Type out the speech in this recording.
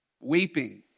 weeping